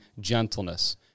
gentleness